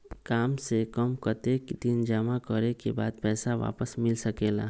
काम से कम कतेक दिन जमा करें के बाद पैसा वापस मिल सकेला?